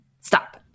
Stop